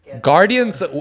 guardians